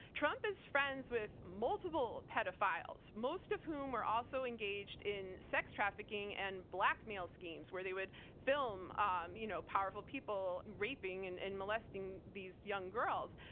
trump is friends with multiple pedophiles, most of whom were also engaged in sex trafficking and blackmail schemes where they would film um you know powerful people raping and and molesting these young girls.